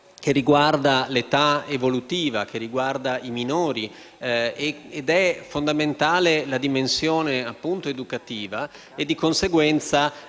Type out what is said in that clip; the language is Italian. che riguarda l'età evolutiva, che riguarda i minori e per il quale è fondamentale la dimensione educativa. Di conseguenza